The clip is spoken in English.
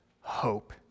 hope